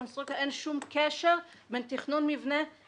מהנדסי מכונות ולא מהנדסי קונסטרוקציה.